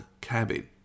cabin